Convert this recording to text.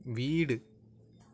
வீடு